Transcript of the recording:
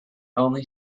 only